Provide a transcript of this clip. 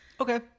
Okay